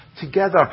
together